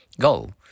Go